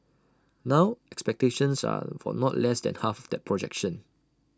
now expectations are for not less than half that projection